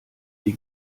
die